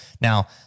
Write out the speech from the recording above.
Now